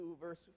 verse